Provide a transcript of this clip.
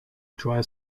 dry